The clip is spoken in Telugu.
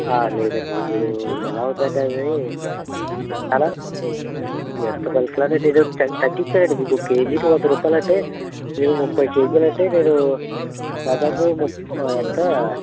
లేదండి ఇప్పుడు ఎలా ఉందంటే అది చాలా ఎంత బుల్కలో తీయొచ్చు కానీ త తగ్గించాను కదండి మీకు కేజీకి వంద రూపాయలు అంటే మీరు ముప్పై కేజీలు అంటే నేను దాదాపు ము ఎంతా